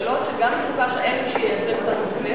שאלות שגם כל כך אין מי שייצג אותן בכנסת,